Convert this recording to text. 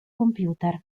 computer